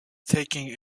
taking